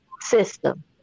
system